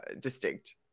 distinct